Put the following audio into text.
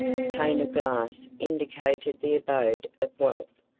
a pane of glass indicated the abode of wealth,